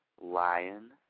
lion